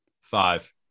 five